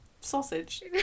sausage